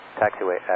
taxiway